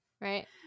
Right